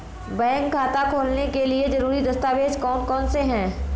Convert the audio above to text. Bank खाता खोलने के लिए ज़रूरी दस्तावेज़ कौन कौनसे हैं?